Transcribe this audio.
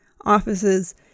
offices